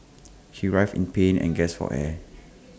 he writhed in pain and gasped for air